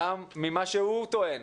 גם ממה שהוא טוען,